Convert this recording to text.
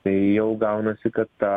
tai jau gaunasi kad ta